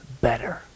better